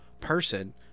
person